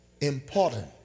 important